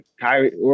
Kyrie